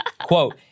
Quote